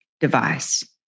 device